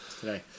today